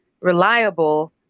reliable